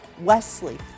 Wesley